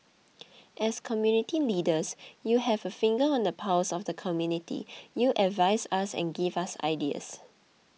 as community leaders you have a finger on the pulse of the community you advise us and give us ideas